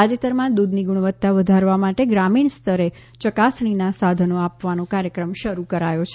તાજેતરમાં દૂધની ગુણવત્તા વધારવા માટે ગ્રામીણ સ્તરે ચકાસણીનાં સાધનો આપવાનો કાર્યક્રમ શરૂ કરાયો છે